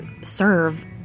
serve